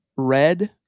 Red